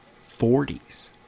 40s